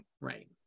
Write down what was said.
Right